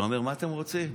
אתה אומר: מה אתם רוצים?